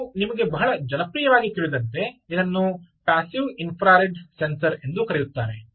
ಮತ್ತು ನಿಮಗೆ ಬಹಳ ಜನಪ್ರಿಯವಾಗಿ ತಿಳಿದಂತೆ ಇದನ್ನು ಪ್ಯಾಸ್ಸಿವ್ ಇನ್ಫ್ರಾರೆಡ್ ಸೆನ್ಸರ್ ಎಂದೂ ಕರೆಯುತ್ತಾರೆ